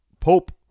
Pope